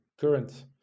current